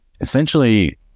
essentially